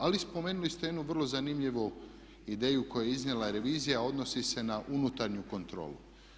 Ali spomenuli ste jednu vrlo zanimljivu ideju koju je iznijela revizija, a odnosi se na unutarnju kontrolu.